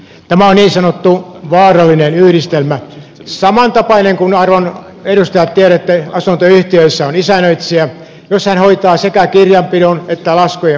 tämä on niin sanottu vaarallinen yhdistelmä samantapainen kuin arvon edustajat tiedätte jos asuntoyhtiössä on isännöitsijä joka hoitaa sekä kirjanpidon että laskujen maksun